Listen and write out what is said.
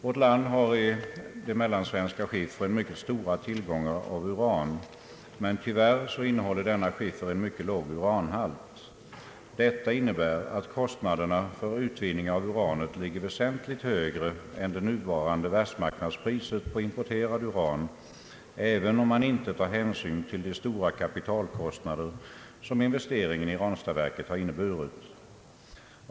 Vårt land har i de mellansvenska skiffrarna mycket stora tillgångar av uran, men tyvärr innehåller denna skiffer en mycket låg uranhalt. Detta innebär att kostnaderna för utvinning av uranet ligger väsentligt högre än det nuvarande världsmarknadspriset på importerat uran, även om man inte tar hänsyn till de stora kapitalkostnader som investeringen i Ranstadsverket har inneburit.